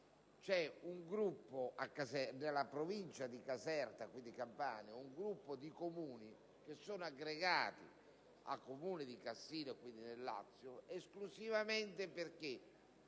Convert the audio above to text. c'è un gruppo di Comuni che sono aggregati al Comune di Cassino, quindi al Lazio, esclusivamente perché